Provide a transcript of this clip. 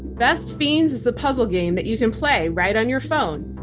best fiends is a puzzle game that you can play right on your phone.